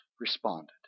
responded